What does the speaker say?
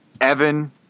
Evan